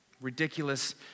ridiculous